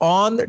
on